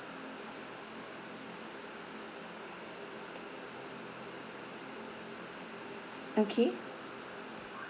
okay